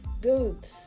good